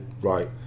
right